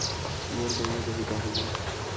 मोर गंवा जाहि का होही?